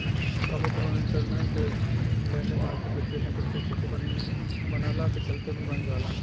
कबो कबो इंटरमेंट लैंडिंग मार्केट वित्तीय संकट के स्थिति बनला के चलते भी बन जाला